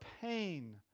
pain